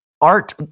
art